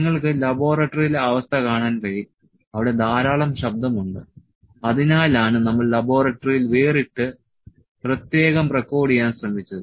നിങ്ങൾക്ക് ലബോറട്ടറിലെ അവസ്ഥ കാണാൻ കഴിയും അവിടെ ധാരാളം ശബ്ദമുണ്ട് അതിനാലാണ് നമ്മൾ ലബോറട്ടറിയിൽ വേറിട്ട് പ്രത്യേകം റെക്കോർഡ് ചെയ്യാൻ ശ്രമിച്ചത്